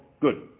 Good